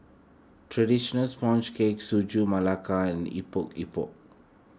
Traditional Sponge Cake Sagu Melaka and Epok Epok